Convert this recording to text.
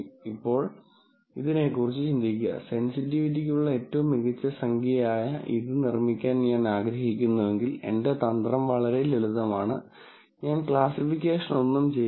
ഇപ്പോൾ ഇതിനെക്കുറിച്ച് ചിന്തിക്കുക സെന്സിറ്റിവിറ്റിക്കുള്ള ഏറ്റവും മികച്ച സംഖ്യയായ ഇത് നിർമ്മിക്കാൻ ഞാൻ ആഗ്രഹിക്കുന്നുവെങ്കിൽ എന്റെ തന്ത്രം വളരെ ലളിതമാണ് ഞാൻ ക്ലാസ്സിഫിക്കേഷനൊന്നും ചെയ്യില്ല